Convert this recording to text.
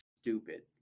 stupid